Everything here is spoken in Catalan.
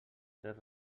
tres